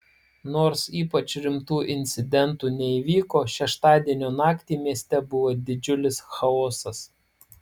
nors ypač rimtų incidentų neįvyko šeštadienio naktį mieste buvo didžiulis chaosas